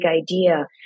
idea